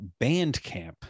Bandcamp